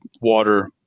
water